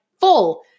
full